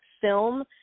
film